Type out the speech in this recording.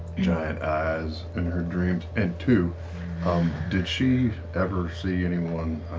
giant eyes in her dreams? and two, um did she ever see anyone,